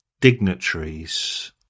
dignitaries